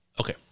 Okay